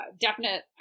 definite